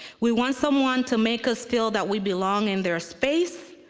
we want someone to make us feel that we belong in their space,